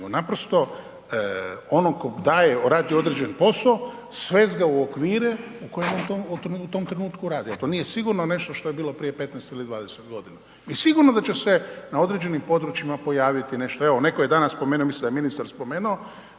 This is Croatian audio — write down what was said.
naprosto onog tko daje, radi određen poso, svest ga u okvire u kojem on to u tom trenutku radi, a to nije sigurno nešto što je bilo prije 15 ili 20.g. i sigurno da će se na određenim područjima pojaviti nešto. Evo, netko je danas spomenuo, mislim da je ministar spomenuo,